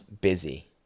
busy